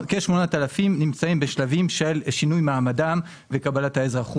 כ-8,000 נמצאים בשלבים של שינוי מעמדם וקבלת האזרחות.